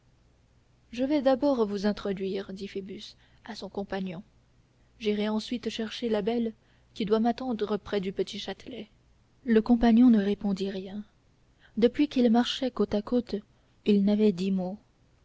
je vais d'abord vous introduire dit phoebus à son compagnon j'irai ensuite chercher la belle qui doit m'attendre près du petit châtelet le compagnon ne répondit rien depuis qu'ils marchaient côte à côte il n'avait dit mot